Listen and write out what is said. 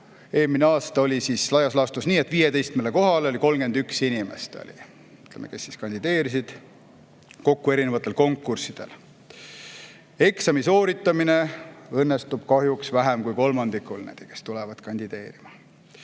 eelmisel aastal laias laastus nii, et 15 kohale oli 31 inimest, kes kandideerisid kokku erinevatel konkurssidel. Eksami sooritamine õnnestub kahjuks vähem kui kolmandikul nendest, kes tulevad kandideerima.